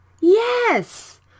Yes